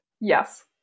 Yes